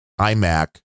iMac